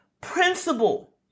principle